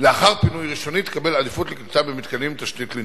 לאחר פינו ראשוני תקבל עדיפות לקליטה במתקנים עם תשתית לינה.